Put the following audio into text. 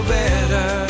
better